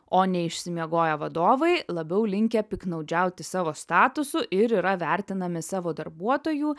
o neišsimiegoję vadovai labiau linkę piktnaudžiauti savo statusu ir yra vertinami savo darbuotojų